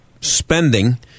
spending